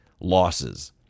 losses